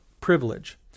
privilege